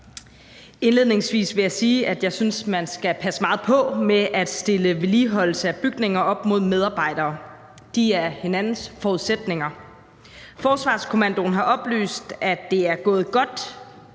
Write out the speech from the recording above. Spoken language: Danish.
Indledningsvis vil jeg sige, at jeg synes, at man skal passe meget på med at stille vedligeholdelse af bygninger op mod medarbejdere. De er hinandens forudsætninger. Forsvarskommandoen har oplyst, at det er gået godt,